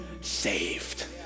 saved